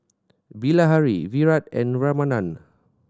Bilahari Virat and Ramanand